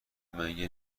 مگه